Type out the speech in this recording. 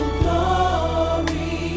glory